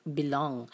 belong